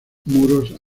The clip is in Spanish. muros